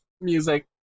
music